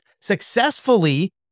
successfully